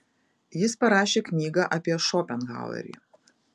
jis parašė knygą apie šopenhauerį